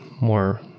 more